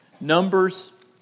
Numbers